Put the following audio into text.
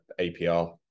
APR